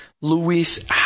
Luis